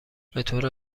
بطور